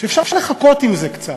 שאפשר לחכות עם זה קצת.